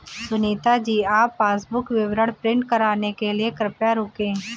सुनीता जी आप पासबुक विवरण प्रिंट कराने के लिए कृपया रुकें